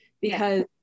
because-